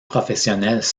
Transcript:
professionnels